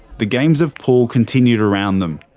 the games of pool continued around them.